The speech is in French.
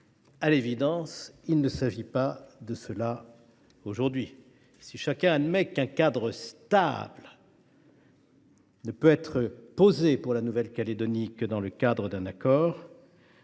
à l’évidence, il ne s’agit pas de cela aujourd’hui. Si chacun admet qu’un cadre stable ne peut être posé pour la Nouvelle Calédonie que dans le cadre d’un accord,